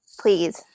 please